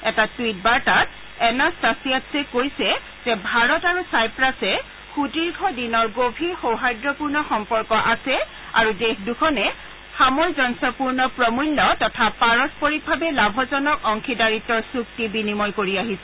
এটা টুইটবাৰ্তাত এনাটাছিয়াডছে কৈছে যে ভাৰত আৰু ছাইপ্ৰাছদ মাজত সুদীৰ্ঘ দিনৰ গভীৰ সৌহাৰ্দ্যপূৰ্ণ সম্পৰ্ক আছে আৰু দেশ দৃখনে সামঞ্জস্যপূৰ্ণ প্ৰমূল্য তথা পাৰস্পৰিকভাৱে লাভজনক অংশীদাৰীত্বৰ চুক্তি বিনিময় কৰি আহিছে